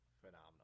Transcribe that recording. phenomenal